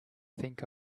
think